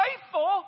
faithful